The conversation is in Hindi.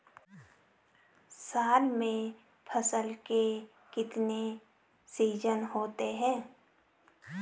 साल में फसल के कितने सीजन होते हैं?